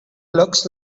looks